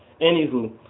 anywho